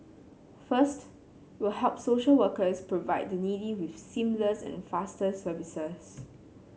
first it will help social workers provide the needy with seamless and faster services